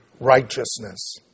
righteousness